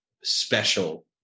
special